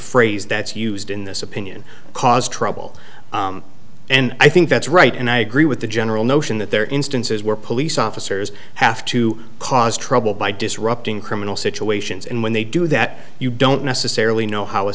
phrase that's used in this opinion cause trouble and i think that's right and i agree with the general notion that there are instances where police officers have to cause trouble by disrupting criminal situations and when they do that you don't necessarily know how a